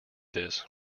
this